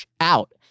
out